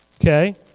Okay